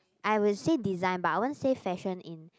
I will say design but I don't say fashion in